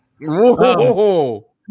Whoa